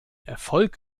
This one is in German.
erfolg